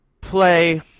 play